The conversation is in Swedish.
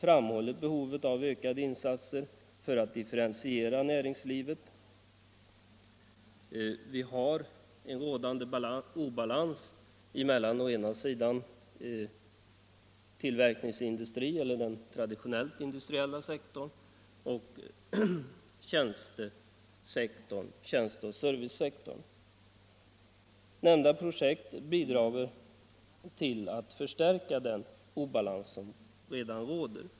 Det råder i länet obalans mellan å ena sidan tillverkningsindustri eller den traditionellt industriella sektorn och å andra sidan tjänsteoch servicesektorn. Föreliggande projekt bidrar till att förstärka den obalans som redan råder.